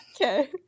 Okay